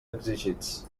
exigits